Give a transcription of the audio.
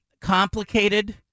complicated